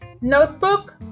Notebook